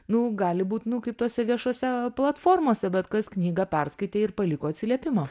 nu gali būt nu kaip tose viešose platformose bet kas knygą perskaitė ir paliko atsiliepimą